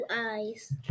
eyes